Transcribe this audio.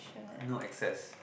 no access